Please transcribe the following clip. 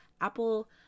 Apple